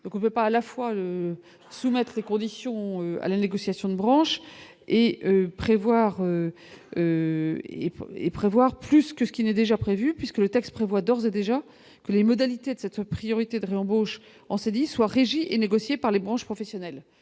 donc on peut pas à la fois le soumettre ses conditions à la négociation de branche. Et prévoir et. Et prévoir plus que ce qui n'est déjà prévu, puisque le texte prévoit d'ores et déjà que les modalités de cette priorité de réembauche en s'est dit soit régie et négocié par les branches professionnelles,